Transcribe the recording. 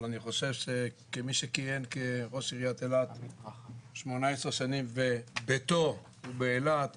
אבל אני חושב שכמי שכיהן כראש עיריית אילת 18 שנים וביתו באילת,